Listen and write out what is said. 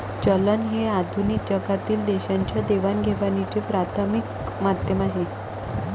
चलन हे आधुनिक जगातील देशांच्या देवाणघेवाणीचे प्राथमिक माध्यम आहे